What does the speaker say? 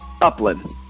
Upland